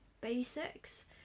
basics